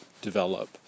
develop